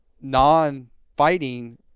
non-fighting